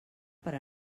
per